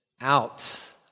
Out